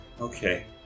Okay